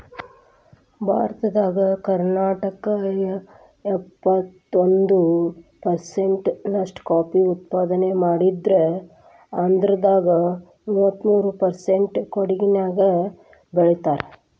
ಭಾರತದಾಗ ಕರ್ನಾಟಕ ಎಪ್ಪತ್ತೊಂದ್ ಪರ್ಸೆಂಟ್ ನಷ್ಟ ಕಾಫಿ ಉತ್ಪಾದನೆ ಮಾಡಿದ್ರ ಅದ್ರಾಗ ಮೂವತ್ಮೂರು ಪರ್ಸೆಂಟ್ ಕೊಡಗಿನ್ಯಾಗ್ ಬೆಳೇತಾರ